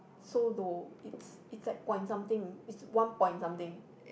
so low it's it's like point something it's one point something